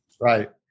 Right